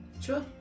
Sure